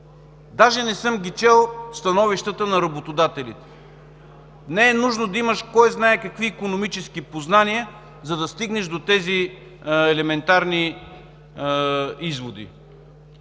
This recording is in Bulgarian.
Даже не съм чел становищата на работодателите. Не е нужно да имаш кой знае какви икономически познания, за да стигнеш до тези елементарни изводи.